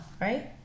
right